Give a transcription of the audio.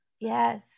Yes